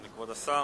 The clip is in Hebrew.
אדוני השר.